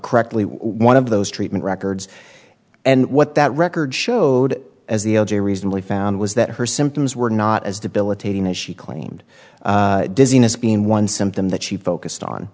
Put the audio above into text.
correctly one of those treatment records and what that record showed as the o j reasonably found was that her symptoms were not as debilitating as she claimed dizziness being one symptom that she focused on